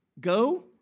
go